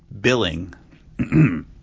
Billing